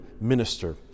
minister